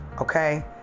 okay